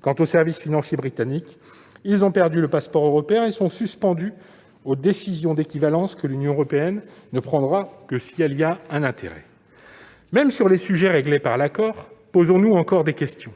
Quant aux services financiers britanniques, ils ont perdu le passeport européen et sont suspendus aux décisions d'équivalence que l'Union européenne ne prendra que si elle y a intérêt. Même sur les sujets réglés par l'accord, posons-nous encore des questions.